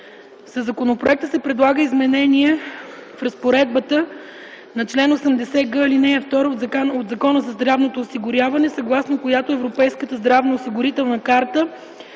Със законопроекта се предлага изменение в разпоредбата на чл. 80г, ал. 2 от Закона за здравното осигуряване, съгласно която Европейската здравноосигурителна карта